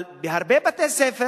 אבל בהרבה בתי-ספר,